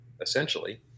essentially